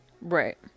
Right